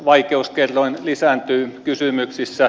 vaikeuskerroin lisääntyy kysymyksissä